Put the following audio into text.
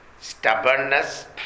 stubbornness